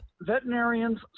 Veterinarians